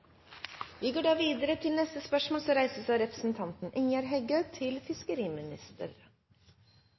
Vi går videre til neste hovedspørsmål. Mitt spørsmål går til